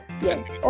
Yes